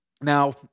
Now